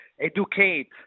educate